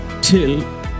till